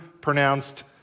pronounced